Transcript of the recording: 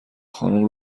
خانوم